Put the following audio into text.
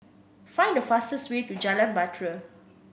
find the fastest way to Jalan Bahtera